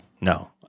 no